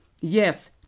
Yes